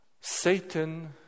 Satan